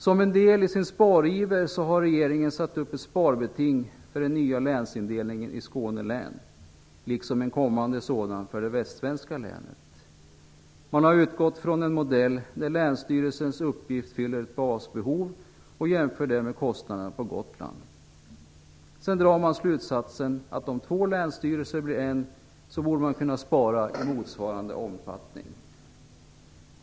Som en del i sin spariver har regeringen satt upp ett sparbeting för den nya länsindelningen i Skånelän liksom en sådan för det kommande västsvenska länet. Man har utgått från en modell där länsstyrelsens uppgift fyller ett basbehov och jämfört med kostnaderna på Gotland. Sedan drar man slutsatsen, att om två länsstyrelser blir en borde man kunna spara i motsvarande omfattning.